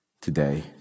today